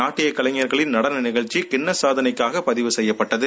நாட்டிய கலைஞர்களின் நடன நிகழ்ச்சி கின்னஸ் சாதனைக்கா பதிவு செய்யப்பட்டது